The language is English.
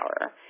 power